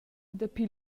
dapi